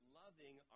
loving